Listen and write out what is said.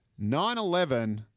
9-11